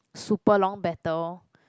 super long battle